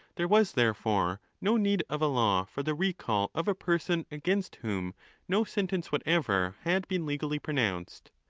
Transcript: there was, therefore, no need of a law for the recal of a person against whom no sentence what ever had been legally pronounced.